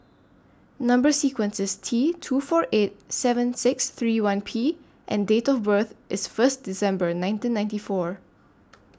Number sequence IS T two four eight seven six three one P and Date of birth IS First December nineteen ninety four